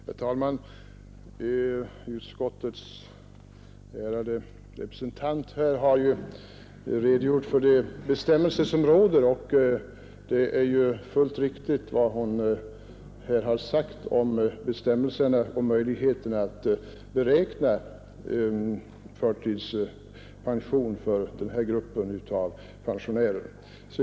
Herr talman! Utskottets ärade representant har redogjort för de bestämmelser som finns, och vad hon har sagt om dem och om möjligheten att beräkna förtidspension för den här gruppen av pensionärer är fullt riktigt.